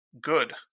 good